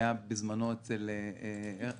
שהייתה בזמנו ------ כן,